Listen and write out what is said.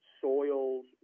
soils